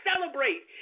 celebrate